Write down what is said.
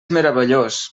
meravellós